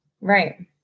Right